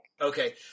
Okay